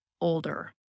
older